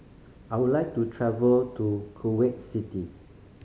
I would like to travel to Kuwait City